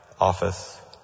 office